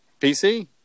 PC